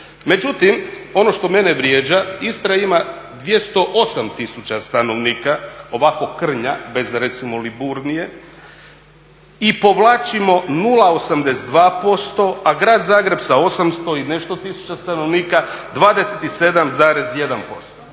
Međutim, ono što mene vrijeđa Istra ima 208 tisuća stanovnika ovako krnja bez recimo Liburnije i povlačimo 0,82%, a Grad Zagreb sa 800 i nešto tisuća stanovnika 27,1%.